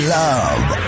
love